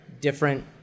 different